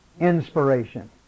inspiration